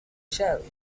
shall